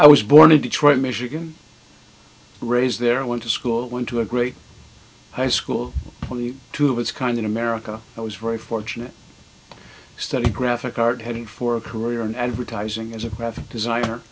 i was born in detroit michigan raised their went to school went to a great high school only two of its kind in america i was very fortunate study graphic art heading for a career in advertising as a graphic designer